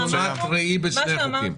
אני רוצה תמונת ראי בשני החוקים.